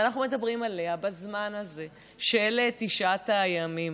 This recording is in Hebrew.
ואנחנו מדברים עליה בזמן הזה של תשעת הימים,